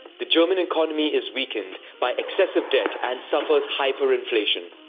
the german economy is weakened by excessive debt and suffers hyperinflation.